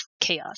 chaos